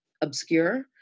obscure